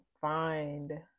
find